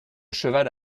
cheval